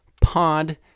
Pod